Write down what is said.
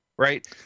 Right